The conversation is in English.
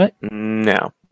No